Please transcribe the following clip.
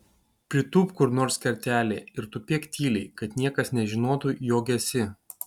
pritūpk kur nors kertelėje ir tupėk tyliai kad niekas nežinotų jog esi